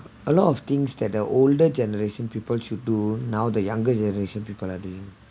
a lot of things that the older generation people should do now the younger generation people are doing